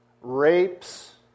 rapes